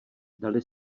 dali